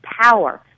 power